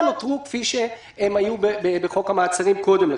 נותרו כפי שהיו בחוק המעצרים קודם לכן.